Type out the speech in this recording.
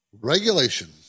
regulation